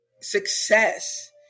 success